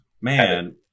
man